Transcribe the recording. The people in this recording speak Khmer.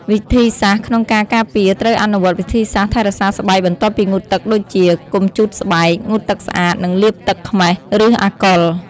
វិធិសាស្ត្រក្នុងការការពារត្រូវអនុវត្តវិធីសាស្រ្តថែរក្សាស្បែកបន្ទាប់ពីងូតទឹកដូចជា កុំជូតស្បែក ងូតទឹកស្អាត និងលាបទឹកខ្មេះ ឬអាល់កុល។